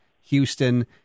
Houston